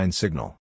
signal